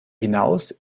hinaus